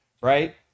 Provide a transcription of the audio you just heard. right